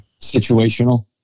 Situational